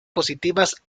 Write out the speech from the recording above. positivas